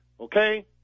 Okay